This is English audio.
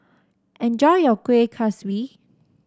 enjoy your Kuih Kaswi